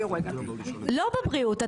לא בבריאות.